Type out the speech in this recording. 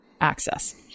access